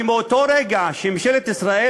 כולם יתחייבו שמאותו רגע שממשלת ישראל